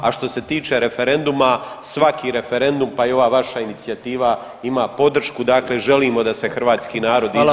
A što se tiče referenduma, svaki referendum pa i ova vaša inicijativa ima podršku, dakle želimo da se hrvatski narod izjasni